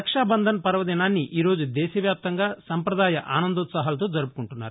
రక్షాబంధన్ పర్వదినాన్ని ఈ రోజు దేశవ్యాప్తంగా సంప్రదాయ ఆనందోత్సాహాలతో జరుపుకుంటున్నారు